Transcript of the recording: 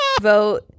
vote